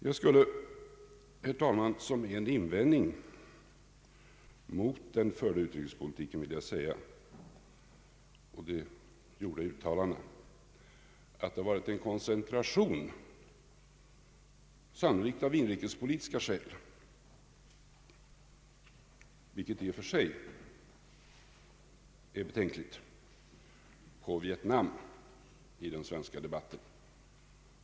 Jag skulle, herr talman, som en invändning mot den förda utrikespolitiken och om de gjorda uttalandena vilja säga att det, sannolikt av inrikespolitiska skäl, varit en koncentration på Vietnam i den svenska debatten, vilket i och för sig är beklagligt.